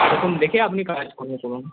সেরকম দেখে আপনি কাজকর্ম করুন